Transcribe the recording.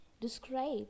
describe